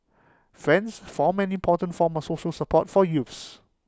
friends form an important form of social support for youths